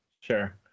sure